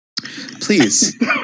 please